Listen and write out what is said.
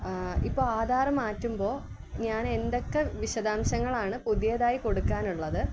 ഇപ്പോൾ ആധാർ മാറ്റുമ്പോൾ ഞാൻ എന്തൊക്ക വിശദാംശങ്ങളാണ് പുതിയതായി കൊടുക്കാനുള്ളത്